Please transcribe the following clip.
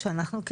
בהתנדבות,